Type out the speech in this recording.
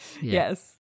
Yes